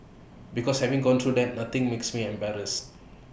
because having gone through that nothing makes me embarrassed